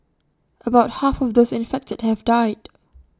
about half of those infected have died